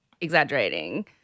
exaggerating